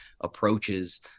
approaches